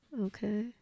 okay